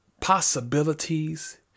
possibilities